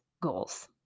goals